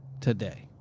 today